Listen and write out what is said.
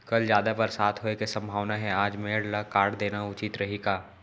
कल जादा बरसात होये के सम्भावना हे, आज मेड़ ल काट देना उचित रही का?